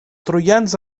troians